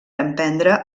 emprendre